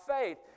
faith